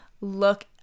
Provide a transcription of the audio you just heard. look